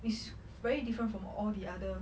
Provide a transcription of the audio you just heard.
is very different from all the other